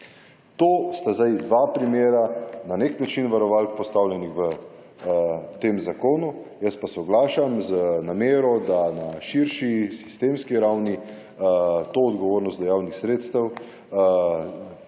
To sta zdaj dva primera, na nek način varovalk postavljenih v tem zakonu. Jaz pa se oglašam z namero, da na širši sistemski ravni to odgovornost do javnih sredstev